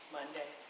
Monday